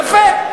יפה,